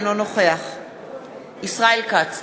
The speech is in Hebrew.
אינו נוכח ישראל כץ,